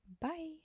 Bye